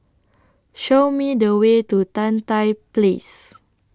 Show Me The Way to Tan Tye Place